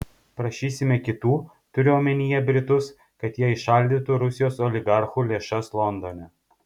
prašysime kitų turiu omenyje britus kad jie įšaldytų rusijos oligarchų lėšas londone